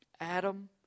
Adam